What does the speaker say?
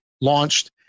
launched